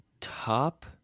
top